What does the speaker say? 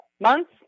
months